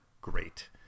great